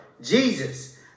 Jesus